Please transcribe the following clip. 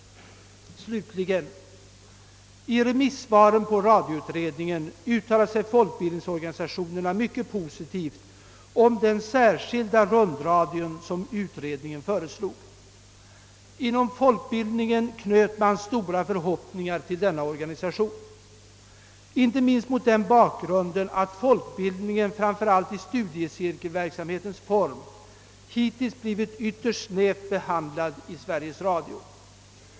Slutligen! I remissvaren på radioutredningen uttalade sig folkbildningsorganisationerna mycket positivt om den särskilda rundradion som utredningen föreslog. Inom folkbildningen knöt man stora förhoppningar till denna organisation, inte minst mot den bakgrunden att folkbildningen framför allt i studiecirkelverksamhetens form hittills blivit ytterst snävt behandlad i Sveriges Radio.